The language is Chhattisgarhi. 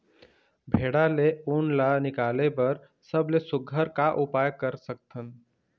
भेड़ा ले उन ला निकाले बर सबले सुघ्घर का उपाय कर सकथन?